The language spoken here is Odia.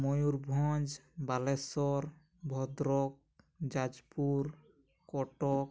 ମୟୂରଭଞ୍ଜ ବାଲେଶ୍ୱର ଭଦ୍ରକ ଯାଜପୁର କଟକ